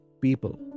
people